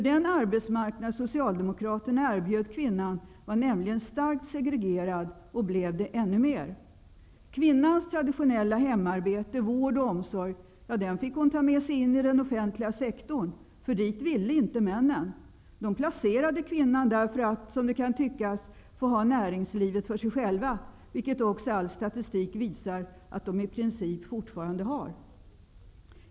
Den arbetsmarknad socialdemokraterna erbjöd kvinnan var nämligen starkt segregerad och blev det ännu mer. Kvinnans traditionella hemarbete, vård och omsorg, fick hon ta med sig in i den offentliga sektorn. Dit ville inte männen. De placerade kvinnan där för att, som det kan tyckas, få ha näringslivet för sig själva, vilket också all statistik visar att de i princip fortfarande har.